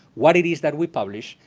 what it is that we publish,